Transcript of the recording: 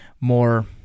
more